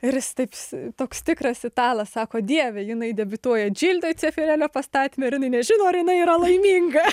ir jis taip s toks tikras italas sako dieve jinai debiutuoja džildoj ceferelio pastatyme ir jinai nežino ar jinai yra laiminga